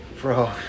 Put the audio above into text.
Bro